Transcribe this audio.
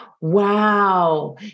Wow